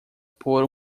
por